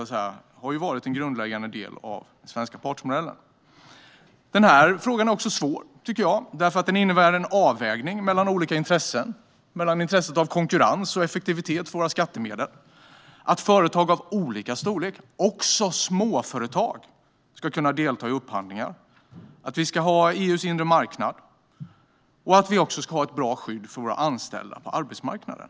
Detta har varit grundläggande i den svenska partsmodellen. Frågan är också svår då den innebär en avvägning mellan olika intressen, mellan dels konkurrens, dels effektiv användning av våra skattemedel. Företag av olika storlek - även småföretag - ska kunna delta i upphandlingar. Vi ska ha en EU:s inre marknad liksom ett bra skydd för de anställda på arbetsmarknaden.